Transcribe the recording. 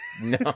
no